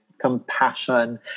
compassion